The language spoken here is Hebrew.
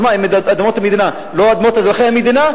אז מה אם הן אדמות המדינה, לא אדמות אזרחי המדינה?